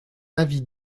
avis